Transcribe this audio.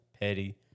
Petty